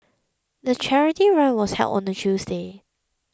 the charity run was held on a Tuesday